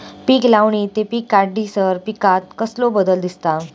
पीक लावणी ते पीक काढीसर पिकांत कसलो बदल दिसता?